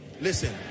Listen